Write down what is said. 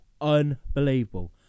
unbelievable